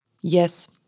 Yes